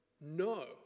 no